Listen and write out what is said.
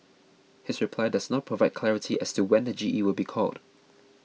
his reply does not provide clarity as to when the G E will be called